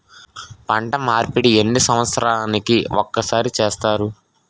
పంట మార్పిడి ఎన్ని సంవత్సరాలకి ఒక్కసారి చేస్తారు?